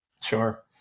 Sure